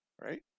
Right